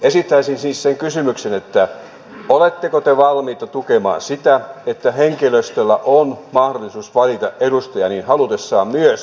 esittäisin siis sen kysymyksen että oletteko te valmiita tukemaan sitä että henkilöstöllä on mahdollisuus valita edustaja niin halutessaan myös yhtiöitten hallituksiin